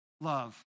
love